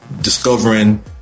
Discovering